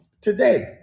today